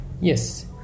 Yes